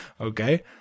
Okay